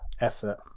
effort